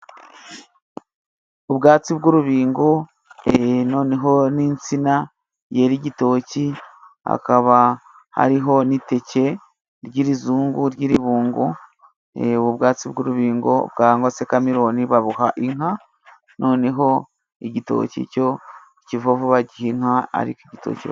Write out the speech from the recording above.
Ubwatsi bw'urubingo e noneho n'insina yera igitoki, hakaba hariho n'iteke ry'irizungu ry'iribungu, ubu bwatsi bw'urubingo cyangwa se kamerone babuha inka noneho igitoki cyo ikivovo bagiha inka, ariko igitoki......